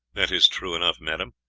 that is true enough, madame,